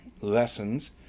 lessons